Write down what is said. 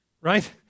right